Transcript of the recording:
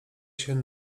się